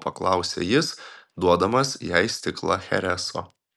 paklausė jis duodamas jai stiklą chereso